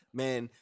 man